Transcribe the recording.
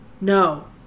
No